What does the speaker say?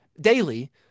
daily